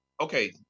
okay